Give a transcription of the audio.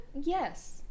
Yes